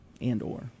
and/or